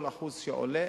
עם כל 1% של עלייה,